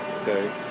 okay